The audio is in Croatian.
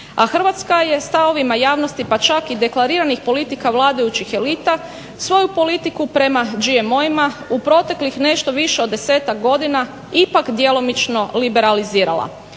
A Hrvatska je stavovima javnosti pa čak i deklariranih politika vladajućih elita svoju politiku prema GMO-ima u proteklih nešto više od desetak godina ipak djelomično liberalizirala.